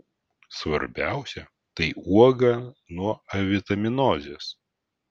svarbiausia tai uoga nuo avitaminozės